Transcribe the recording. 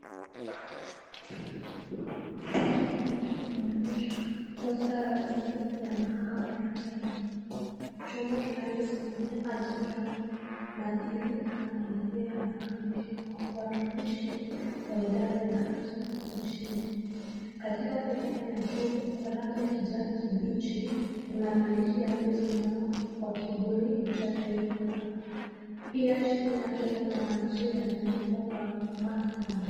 Picha hii inaonyesha wastaa rasmi ya mahakama wa kenya. Chombo kinachosimamia ajira, madili na maendeleo ya watumishi wa idara ya haki nchini. Katika sehemu ya juu kwa rangi ya kijani kibichi, kuna mandishi yaliosimama kwa kiburi cha taifa. Pia chini yake kuna mandishi yameandikwa kwa mastaadh